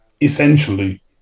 essentially